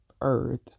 earth